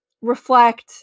reflect